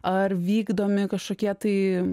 ar vykdomi kažkokie tai